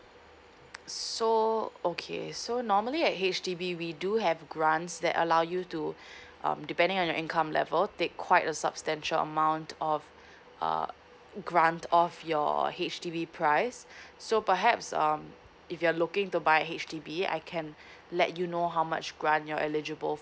so okay so normally a H_D_B we do have grants that allow you to um depending on your income level take quite a substantial amount of a grant of your a H_D_B price so perhaps um if you are looking to buy a H_D_B I can let you know how much grant you're eligible for